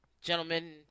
Gentlemen